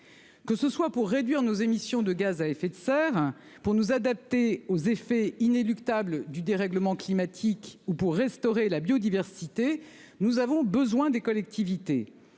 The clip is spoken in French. Que ce soit pour réduire nos émissions de gaz à effet de serre pour nous adapter aux effets inéluctable du dérèglement climatique ou pour restaurer la biodiversité. Nous avons besoin des collectivités